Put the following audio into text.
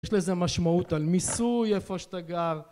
יש לזה משמעות על מיסוי איפה שאתה גר